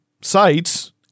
sites